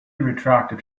retracted